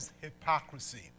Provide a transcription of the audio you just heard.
Hypocrisy